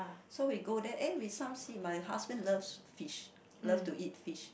so we go there eh we some see my husband love fish love to eat fish